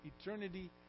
Eternity